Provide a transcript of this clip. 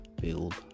build